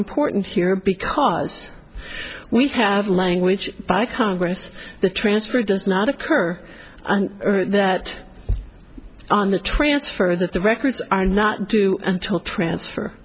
important here because we have language by congress the transfer does not occur that the transfer that the records are not due until transfer